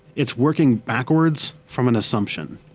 it's working backwards from an assumption.